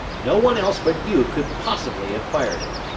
no one else but you could possibly have fired it.